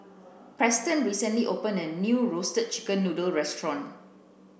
preston recently opened a new roasted chicken noodle restaurant